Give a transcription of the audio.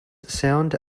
sound